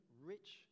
rich